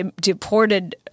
deported